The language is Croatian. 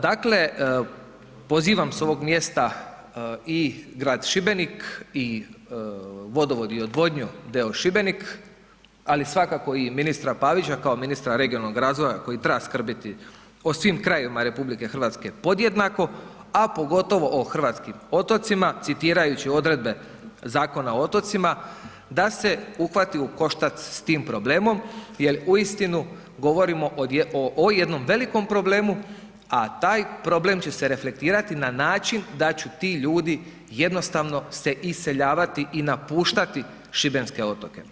Dakle, pozivam s ovog mjesta i grad Šibenik i vodovod i odvodnju d.o. Šibenik, ali svakako i ministra Pavića kao ministra regionalnog razvoja koji treba skrbiti o svim krajevima RH podjednako a pogotovo o hrvatskim otocima citirajući odredbe Zakona o otocima da se uhvati u koštac s tim problemom jer uistinu govorimo o jednom velikom problemu a taj problem će se reflektirati na način da će ti ljudi jednostavno se iseljavati i napuštati šibenske otoke.